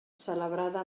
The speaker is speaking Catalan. celebrada